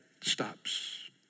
stops